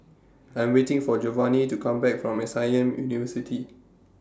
I Am waiting For Jovanni to Come Back from S I M University